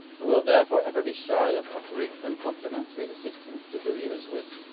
who will therefore ever be shy of offering uncomplimentary assistance to the reader's wit.